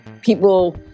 people